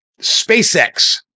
spacex